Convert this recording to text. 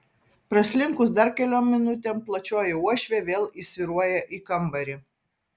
praslinkus dar keliom minutėm plačioji uošvė vėl įsvyruoja į kambarį